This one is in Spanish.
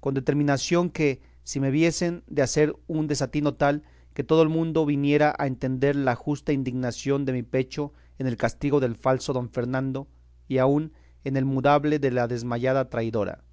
con determinación que si me viesen de hacer un desatino tal que todo el mundo viniera a entender la justa indignación de mi pecho en el castigo del falso don fernando y aun en el mudable de la desmayada traidora